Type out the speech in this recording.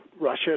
Russia